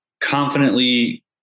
confidently